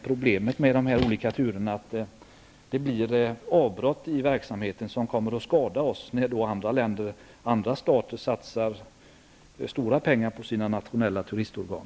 Problemet med de olika turerna är att det blir avbrott i verksamheterna, och det kommer att skada oss när andra stater satsar stora pengar på sina nationella turistorgan.